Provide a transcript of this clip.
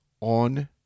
on